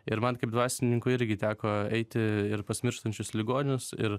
ir man kaip dvasininkui irgi teko eiti pas mirštančius ligonius ir